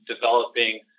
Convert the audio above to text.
developing